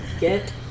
Get